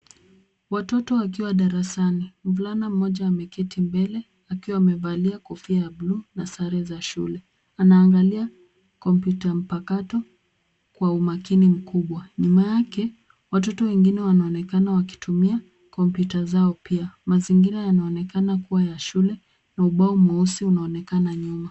Watoto wakiwa darasani, mvulana mmoja ameketi mbele, akiwa amevalia kofia ya bluu, na sare za shule. Anaangalia kompyuta mpakato, kwa umakini mkubwa. Nyuma yake, watoto wengine wanaonekana wakitumia, kompyuta zao pia. Mazingira yanaonekana kuwa ya shule, na ubao mweusi unaonekana nyuma.